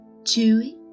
chewy